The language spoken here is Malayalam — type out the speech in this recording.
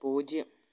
പൂജ്യം